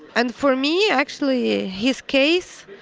and for me actually, his case,